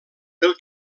pel